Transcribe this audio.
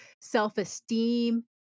self-esteem